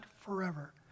forever